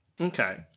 Okay